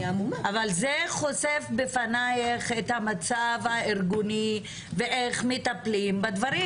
אבל זה חושף בפנייך את המצב הארגוני ואיך מטפלים בדברים.